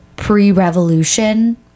Pre-revolution